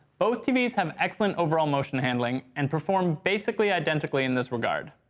both tvs have excellent overall motion handling, and perform basically identically in this regard.